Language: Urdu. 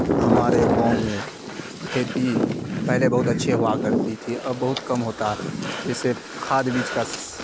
ہمارے گاؤں میں کھیتی پہلے بہت اچھی ہوا کرتی تھی اب بہت کم ہوتا جیسے کھاد بیج کا